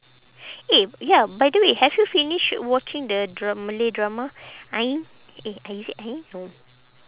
eh ya by the way have you finish watching the dram~ malay drama eh is it no